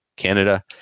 Canada